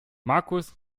markus